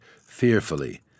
fearfully